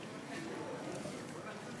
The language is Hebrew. שתברך את חברת הכנסת